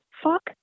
Fuck